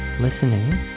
listening